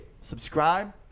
subscribe